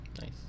Nice